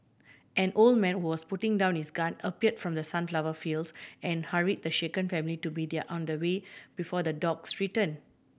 an old man who was putting down his gun appeared from the sunflower fields and hurried the shaken family to be their on the way before the dogs return